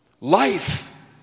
Life